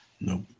Nope